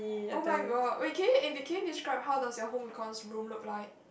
oh-my-god wait can you can you describe how does your home-econs room look like